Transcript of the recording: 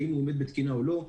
האם הוא עומד בתקינה או לא,